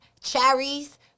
cherries